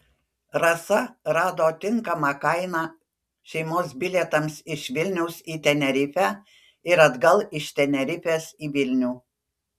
rasa rado tinkamą kainą šeimos bilietams iš vilniaus į tenerifę ir atgal iš tenerifės į vilnių